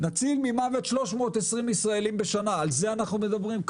נציל ממוות 320 ישראלים בשנה, על זה אנחנו מדברים.